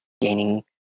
gaining